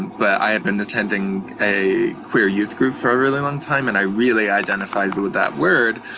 but i had been attending a queer youth group for a really long time and i really identified with that word,